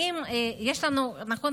נכון,